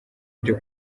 byo